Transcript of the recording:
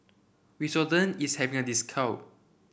Redoxon is having a discount